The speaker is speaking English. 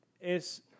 es